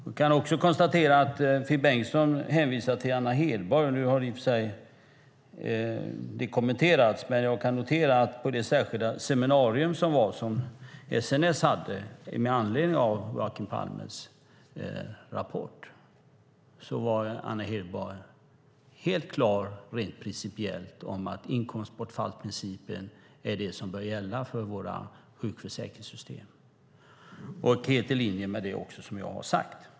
Man kan också konstatera att Finn Bengtsson hänvisar till Anna Hedborg. Det har i och för sig kommenterats, men jag kan notera att på det särskilda seminarium som SNS höll med anledning av Joakim Palmes rapport var Anna Hedborg rent principiellt helt klar med att inkomstbortfallsprincipen är det som bör gälla för våra sjukförsäkringssystem. Det är också helt i linje med det som jag har sagt.